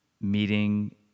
meeting